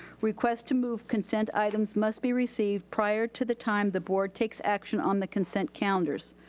request to move concent items must be received prior to the time the board takes action on the concent calendars.